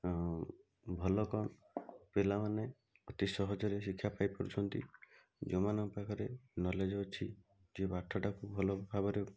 ଆଉ ଭଲ କ'ଣ ପିଲାମାନେ ଅତି ସହଜରେ ଶିକ୍ଷା ପାଇପାରୁଛନ୍ତି ଯେଉଁମାନଙ୍କ ପାଖରେ ନଲେଜ ଅଛି ଯେ ପାଠଟା କୁ ଭଲ ଭାବରେ